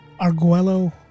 Arguello